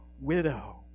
widow